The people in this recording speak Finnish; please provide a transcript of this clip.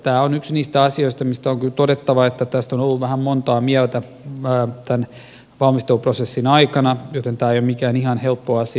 tämä on yksi niistä asioista mistä on kyllä todettava että tästä on oltu vähän montaa mieltä tämän valmisteluprosessin aikana joten tämä ei ole mikään ihan helppo asia